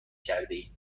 کردهایم